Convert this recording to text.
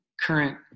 current